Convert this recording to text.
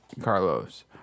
Carlos